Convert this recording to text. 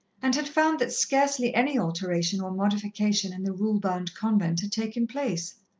and had found that scarcely any alteration or modification in the rule-bound convent had taken place.